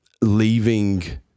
leaving